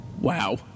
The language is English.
Wow